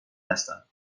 هستم